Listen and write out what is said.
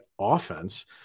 offense